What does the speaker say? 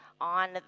on